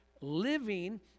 living